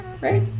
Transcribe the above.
right